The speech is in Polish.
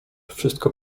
wszystko